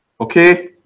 okay